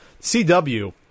CW